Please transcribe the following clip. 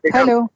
Hello।